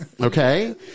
okay